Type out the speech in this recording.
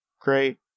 great